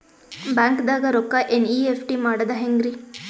ಬ್ಯಾಂಕ್ದಾಗ ರೊಕ್ಕ ಎನ್.ಇ.ಎಫ್.ಟಿ ಮಾಡದ ಹೆಂಗ್ರಿ?